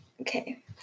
Okay